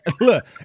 look